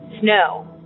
snow